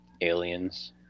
aliens